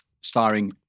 starring